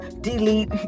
delete